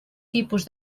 tipus